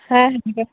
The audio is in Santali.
ᱦᱮᱸ